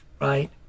right